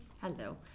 Hello